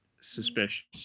suspicious